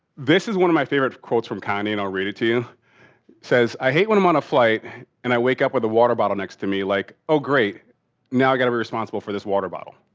this is one of my favorite quotes from kanye and i'll read it to you. it says i hate when i'm on a flight and i wake up with a water bottle next to me like oh great now i gotta be responsible for this water bottle.